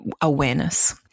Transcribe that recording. awareness